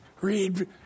Read